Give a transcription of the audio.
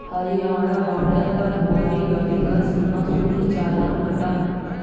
Haryana border पर हमारी गाड़ी का सीमा शुल्क चालान कटा